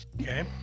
Okay